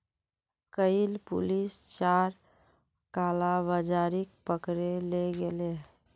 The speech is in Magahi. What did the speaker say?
कइल पुलिस चार कालाबाजारिक पकड़े ले गेले